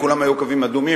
לכולם היו קווים אדומים,